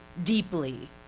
deeply.